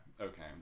Okay